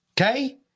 Okay